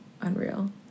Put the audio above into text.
unreal